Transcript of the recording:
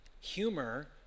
Humor